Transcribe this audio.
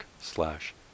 slash